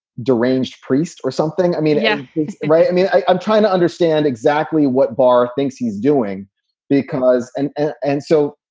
deranged priest or something. i mean, am i right? i mean, i'm trying to understand exactly what barr thinks he's doing because. and and so.